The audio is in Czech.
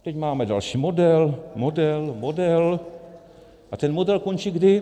Teď máme další model, model, model a ten model končí kdy?